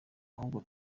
ahubwo